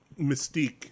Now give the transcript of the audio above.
mystique